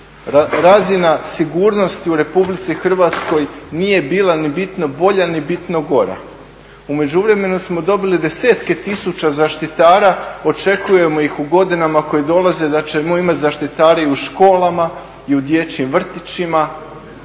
razina sigurnosti u Republici8 Hrvatskoj nije bila ni bitno bolja ni bitno gora. U međuvremenu smo dobili desetke tisuća zaštitara, očekujemo ih u godinama koje dolaze da ćemo imati zaštitare i u školama i u dječjim vrtićima